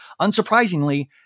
Unsurprisingly